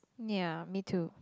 ya me too